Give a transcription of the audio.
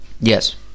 Yes